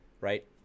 right